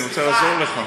אני רוצה לעזור לך.